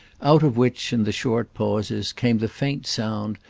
out of which, in the short pauses, came the faint sound,